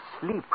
sleep